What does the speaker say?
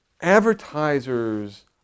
Advertisers